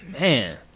Man